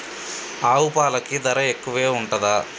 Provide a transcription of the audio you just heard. ఆవు పాలకి ధర ఎక్కువే ఉంటదా?